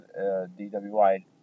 DWI